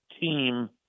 team